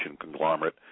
conglomerate